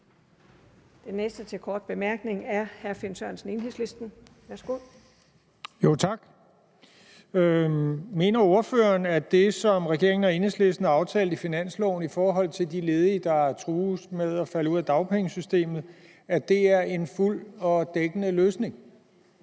Den næste for korte bemærkninger er hr. Finn Sørensen fra Enhedslisten, værsgo. Kl. 14:42 Finn Sørensen (EL): Tak. Mener ordføreren, at det, som regeringen og Enhedslisten aftalte i finansloven, hvad angår de ledige, der trues af at falde ud af dagpengesystemet, er en fuld og dækkende løsning?